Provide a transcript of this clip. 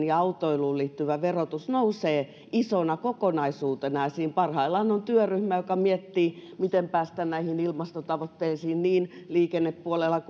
ja autoiluun liittyvä verotus nousee isona kokonaisuutena esiin parhaillaan on työryhmä joka miettii miten päästään ilmastotavoitteisiin niin liikennepuolella